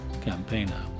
campaigner